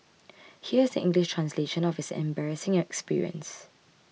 here is the English translation of his embarrassing experience